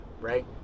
right